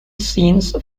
scenes